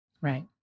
Right